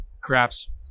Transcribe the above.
Craps